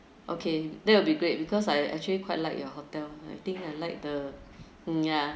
okay that will be great because I actually quite like your hotel I think I like the mm ya